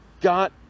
got